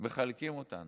מחלקים אותם.